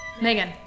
Megan